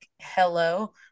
hello